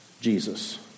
Jesus